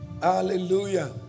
Hallelujah